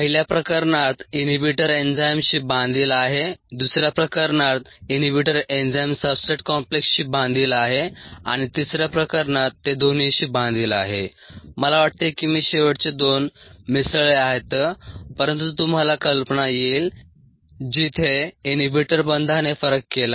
पहिल्या प्रकरणात इनहिबिटर एन्झाइमशी बांधील आहे दुस या प्रकरणात इनहिबिटर एन्झाइम सब्सट्रेट कॉम्प्लेक्सशी बांधील आहे आणि तिसर्या प्रकरणात ते दोन्हीशी बांधील आहे मला वाटते की मी शेवटचे दोन मिसळले आहेत परंतु तुम्हाला कल्पना येईल जिथे इनहिबिटर बंधाने फरक केला